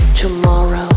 Tomorrow